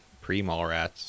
pre-Mallrats